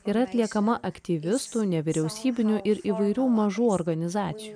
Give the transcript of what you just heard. yra atliekama aktyvistų nevyriausybinių ir įvairių mažų organizacijų